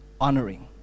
honoring